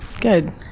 good